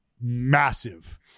massive